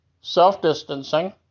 self-distancing